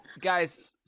Guys